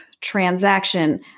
transaction